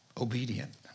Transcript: obedient